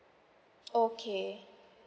okay